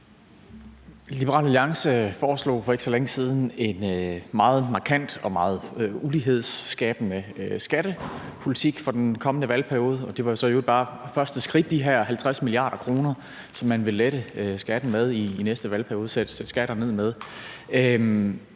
Liberal Alliance foreslog for ikke så længe siden en meget markant og meget ulighedsskabende skattepolitik for den kommende valgperiode. Det var så i øvrigt bare første skridt i forhold til de her 50 mia. kr., som man vil lette skatten med i næste valgperiode eller sætte skatten ned med.